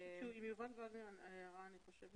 יובל וגנר רצה